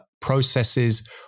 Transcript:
processes